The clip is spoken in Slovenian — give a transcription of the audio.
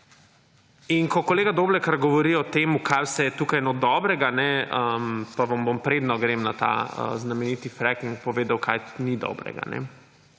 In ko kolega Doblekar govori o tem, kaj vse je tu dobrega, pa vam bom, preden grem na ta znameniti fracking, povedal, kaj ni dobrega.